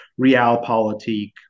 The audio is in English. realpolitik